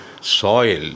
soil